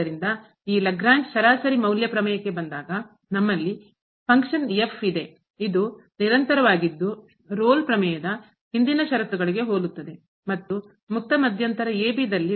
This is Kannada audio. ಆದ್ದರಿಂದ ಈಗ ಲಾಗ್ರೇಂಜ್ ಸರಾಸರಿ ಮೌಲ್ಯ ಪ್ರಮೇಯಕ್ಕೆ ಬಂದಾಗ ನಮ್ಮಲ್ಲಿ ಪಂಕ್ಷನ್ ಕಾರ್ಯ f ಇದೆ ಇದು ನಿರಂತರವಾಗಿದ್ದು ರೋಲ್ ಪ್ರಮೇಯದ ಹಿಂದಿನ ಷರತ್ತುಗಳಿಗೆ ಹೋಲುತ್ತದೆ ಮತ್ತು ಮುಕ್ತ ಮಧ್ಯಂತರ ದಲ್ಲಿ